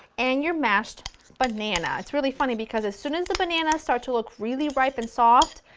and your mashed banana, it's really funny because as soon as the bananas start to look really ripe and soft,